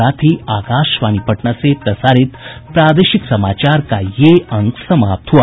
इसके साथ ही आकाशवाणी पटना से प्रसारित प्रादेशिक समाचार का ये अंक समाप्त हुआ